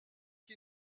qui